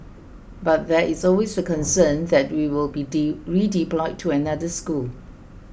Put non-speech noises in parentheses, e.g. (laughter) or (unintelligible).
but there is always the concern that we will be (unintelligible) redeployed to another school